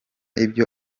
ibyo